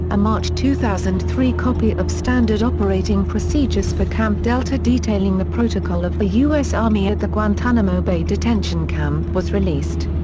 a march two thousand and three copy of standard operating procedures for camp delta detailing the protocol of the u s. army at the guantanamo bay detention camp was released.